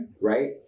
right